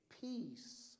Peace